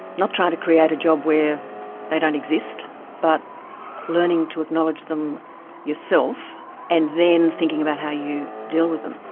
not trying to create a job where they don't exist but learning to acknowledge them yourself and then thinking about how you deal with them.